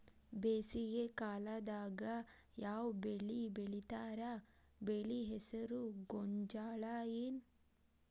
ಬೇಸಿಗೆ ಕಾಲದಾಗ ಯಾವ್ ಬೆಳಿ ಬೆಳಿತಾರ, ಬೆಳಿ ಹೆಸರು ಗೋಂಜಾಳ ಏನ್?